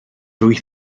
wyth